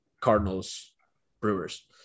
Cardinals-Brewers